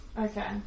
okay